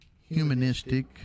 humanistic